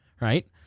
right